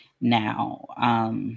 Now